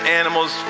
animals